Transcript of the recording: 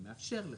אני מאפשר לך.